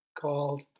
called